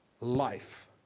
life